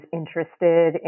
interested